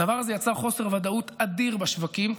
הדבר הזה יצר חוסר ודאות אדיר בשווקים.